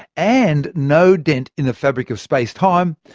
and no dent in the fabric of space-time,